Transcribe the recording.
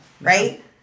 right